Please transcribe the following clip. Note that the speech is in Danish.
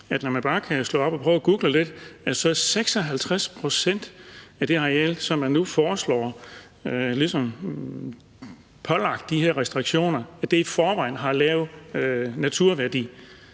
man, når man slår det op eller prøver at google lidt, kan se, at 56 pct. af det areal, som man nu foreslår ligesom pålagt de her restriktioner, i forvejen har lav naturværdi,